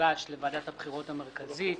שהוגש לוועדת הבחירות המרכזית